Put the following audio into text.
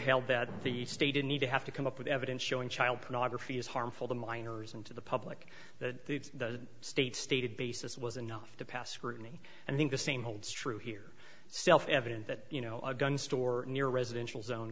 held that the state didn't need to have to come up with evidence showing child pornography is harmful to minors and to the public that the state stated basis was enough to pass scrutiny and i think the same holds true here self evident that you know a gun store near a residential zone